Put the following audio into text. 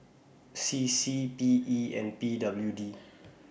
C C P E and P W D